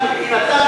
את לא מבינה.